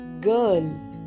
girl